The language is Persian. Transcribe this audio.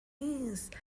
نیست